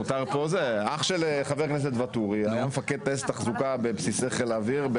אח של חבר הכנסת ואטורי היה מפקד טייסת תחזוקה בבסיסי חיל האוויר.